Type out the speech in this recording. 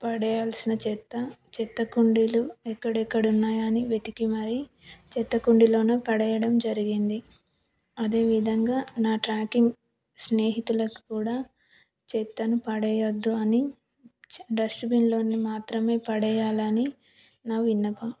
పడేయాల్సిన చెత్త చెత్త కుండీలు ఎక్కడెక్కడ ఉన్నాయా అని వెతికి మరీ చెత్త కుండిలో పడేయడం జరిగింది అదేవిధంగా నా ట్రెక్కింగ్ స్నేహితులకు కూడా చెత్తను పడేయవద్దు అని డస్ట్బిన్లో మాత్రమే పడేయాలి అని నా విన్నపం